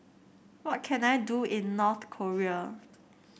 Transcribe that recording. what can I do in North Korea